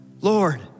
Lord